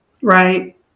Right